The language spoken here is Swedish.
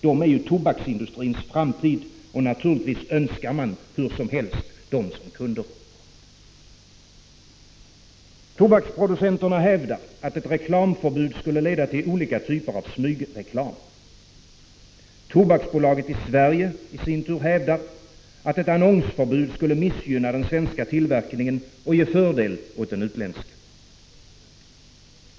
De är ju tobaksindustrins framtid. Naturligtvis önskar man dem under alla förhållanden som kunder. Tobaksproducenterna hävdar att ett reklamförbud skulle leda till olika typer av smygreklam. Tobaksbolaget i Sverige hävdar i sin tur att ett annonsförbud skulle missgynna den svenska tillverkningen och ge fördel åt den utländska.